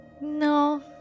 no